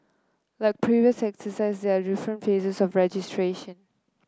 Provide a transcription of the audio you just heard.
like previous exercises there are different phases of registration